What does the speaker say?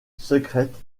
secrète